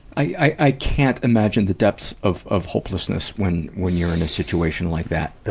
i can't imagine the depths of, of hopelessness when, when you're in a situation like that.